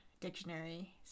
Dictionary